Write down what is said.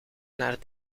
naar